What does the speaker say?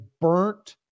burnt